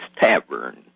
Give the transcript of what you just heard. Tavern